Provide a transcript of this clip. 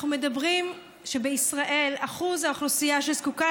אנחנו מדברים על כך שבישראל אחוז האוכלוסייה שזקוקה